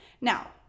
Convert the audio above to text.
Now